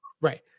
Right